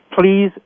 Please